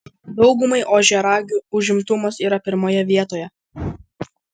daugumai ožiaragių užimtumas yra pirmoje vietoje